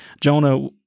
Jonah